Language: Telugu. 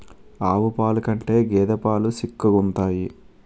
ఆవు పాలు కంటే గేద పాలు సిక్కగుంతాయి